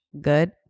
good